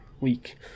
week